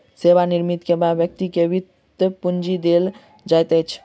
सेवा निवृति के बाद व्यक्ति के वृति पूंजी देल जाइत अछि